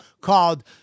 called